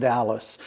Dallas